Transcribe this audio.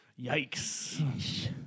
yikes